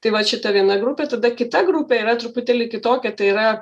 tai vat šita viena grupė tada kita grupė yra truputėlį kitokia tai yra